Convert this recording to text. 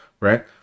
right